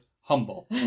humble